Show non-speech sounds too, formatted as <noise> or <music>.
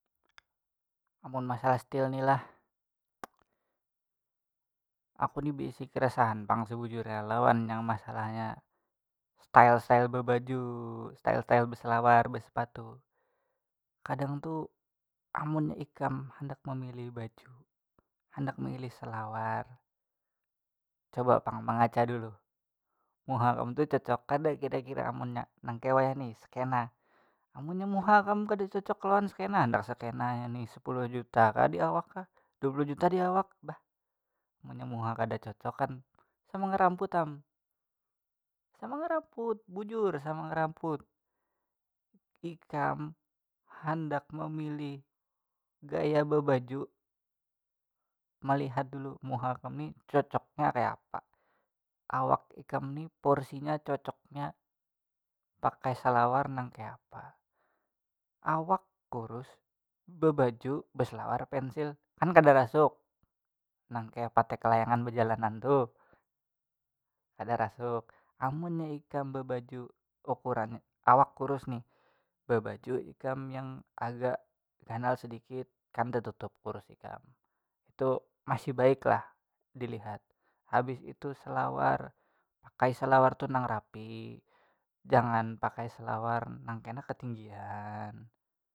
<noise> Amun masalah stil ni lah <noise> aku ni beisi keresahan pang sebujurnya lawan yang masalahnya style style bebaju style style beselawar besepatu kadang tu amunnya ikam handak memilih baju handak memilih selawar coba pang mengaca dulu muha kam tu cocok kada kira kira amunnya nang kaya wayahni skena, amunnya muha kam kada cocok lawan skena handak skenanya ni sapuluh juta kah di awak kam dua puluh juta di awak kah bah munnya muha kada cocok kan sama mengeramput am sama ngeramput bujur sama ngeramput ikam handak memilih gaya bebaju malihat dulu muha kam ni cocoknya kayapa awak ikam ni porsinya cocoknya pakai salawar nang kayapa awak kurus bebaju beselawar pensil kan kada rasuk nang kaya patek kalayangan bejalanan tu kada rasuk, amunnya ikam babaju ukuran awak kurus nih babaju ikam yang agak ganal sadikit kan tetutup kurus ikam tu masih baik lah dilihat, habis itu selawar pakai selawar tu nang rapi jangan pakai selawar nang kena katinggian.